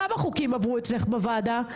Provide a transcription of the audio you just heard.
כמה חוקים עברו אצלך בוועדה?